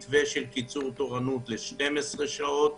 מתווה של קיצור תורנות ל-12 שעות,